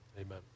Amen